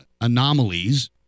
anomalies